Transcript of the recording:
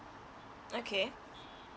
okay